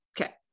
Okay